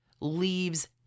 leaves